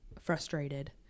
frustrated